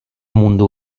mundu